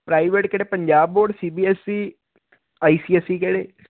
private ਕਿਹੜੇ Punjab board C B S E I C S E ਕਿਹੜੇ